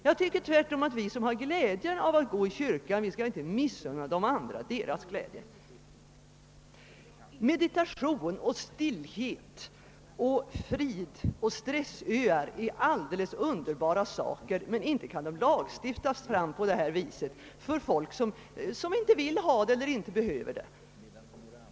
Jag tycker tvärtom att vi som har glädjen av att gå i kyrkan, inte skall missunna de andra deras glädje. Meditation och stillhet, frid och stressöar är alldeles underbara saker, men inte kan de lagstiftas fram på detta vis för folk, som inte vill ha dem eller inte behöver dem.